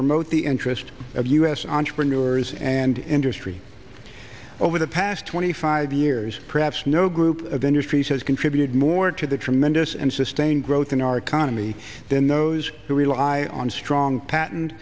promote the interest of u s entrepreneurs and industry over the past twenty five years perhaps no group of industries has contributed more to the tremendous and sustained growth in our economy than those who rely on strong pat